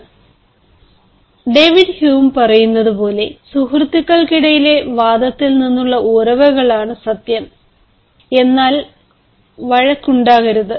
Refer Slide Time 3042 David Hume പറയുന്നതുപോലെ സുഹൃത്തുക്കൾക്കിടയിലെ വാദത്തിൽ നിന്നുള്ള ഉറവകളാണ് സത്യം എന്നാൽ വഴക്കുണ്ടാകരുത്